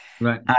Right